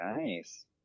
nice